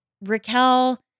Raquel